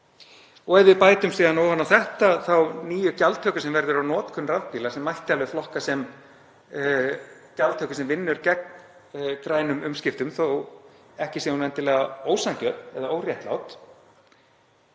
Ef við bætum síðan ofan á þetta þeirri nýju gjaldtöku sem verður á notkun rafbíla, sem mætti alveg flokka sem gjaldtöku sem vinnur gegn grænum umskiptum þótt ekki sé hún endilega ósanngjörn eða óréttlát,